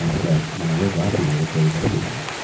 um but when i wear glasses, i look very erudite.